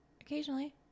Occasionally